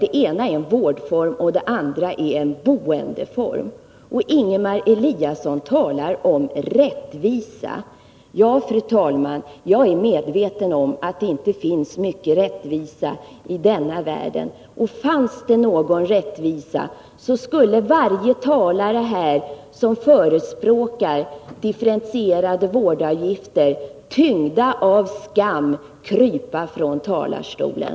Den ena innebär vård och den andra ett boende. Ingemar Eliasson talar om rättvisa. Ja, fru talman, jag är medveten om att det inte finns mycken rättvisa i denna värld. Fanns det någon rättvisa skulle varje talare här som förespråkar differentierade vårdavgifter, tyngda av skam krypa från talarstolen.